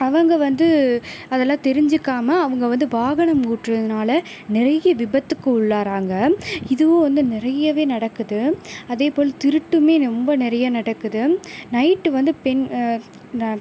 அவங்க வந்து அதெல்லாம் தெரிஞ்சுக்காம அவங்க வந்து வாகனம் ஒட்டுறதுனால நிறைய விபத்துக்கு உள்ளாறாங்க இதுவும் வந்து நிறையவே நடக்குது அதே போல் திருட்டுமே ரொம்ப நிறையவே நடக்குது நைட் வந்து பெண்